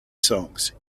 songs